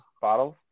bottles